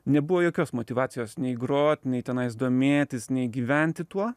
nebuvo jokios motyvacijos nei grot nei tenais domėtis nei gyventi tuo